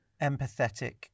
empathetic